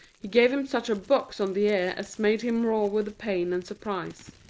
he gave him such a box on the ear as made him roar with the pain and surprise.